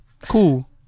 Cool